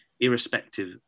irrespective